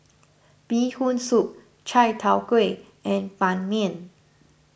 Bee Hoon Soup Chai Tow Kway and Ban Mian